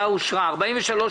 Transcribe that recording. הצבעה בעד,